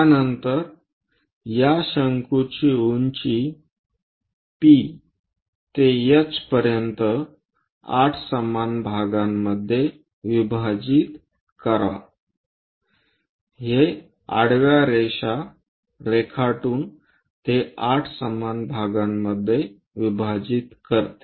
त्यानंतर या शंकूची उंची P ते H पर्यंत 8 समान भागांमध्ये विभाजित करा हे आडव्या रेषा रेखाटून ते 8 समान भागांमध्ये विभाजित करते